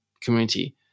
community